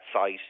site